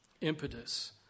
impetus